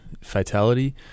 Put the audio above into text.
fatality